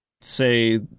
say